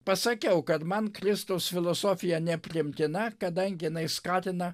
pasakiau kad man kristaus filosofija nepriimtina kadangi jinai skatina